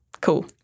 Cool